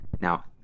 Now